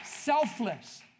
selfless